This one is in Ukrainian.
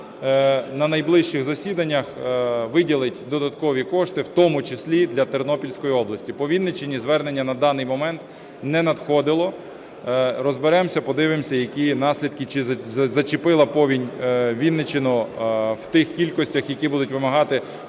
на найближчих засіданнях виділить додаткові кошти у тому числі для Тернопільської області. По Вінниччині звернення на даний момент не надходило. Розберемося, подивимося, які наслідки, чи зачепила повінь Вінниччину в тих кількостях, які будуть вимагати